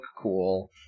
cool